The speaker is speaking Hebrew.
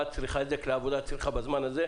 מה את צריכה --- בזמן הזה.